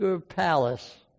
palace